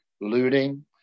looting